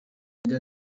may